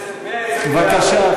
בבקשה,